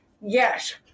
Yes